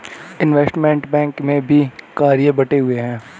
investment bank में भी कार्य बंटे हुए हैं